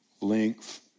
length